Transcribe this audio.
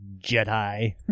Jedi